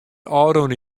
ôfrûne